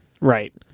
Right